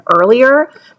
earlier